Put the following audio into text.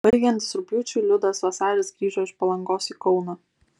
baigiantis rugpjūčiui liudas vasaris grįžo iš palangos į kauną